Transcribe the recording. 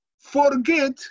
forget